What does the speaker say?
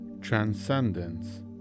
transcendence